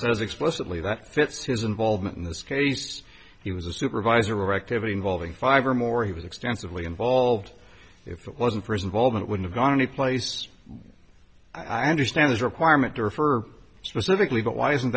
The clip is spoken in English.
says explicitly that fits his involvement in this case he was a supervisor or activity involving five or more he was extensively involved if it wasn't for his involvement would have gone any place i understand his requirement to refer specifically but why isn't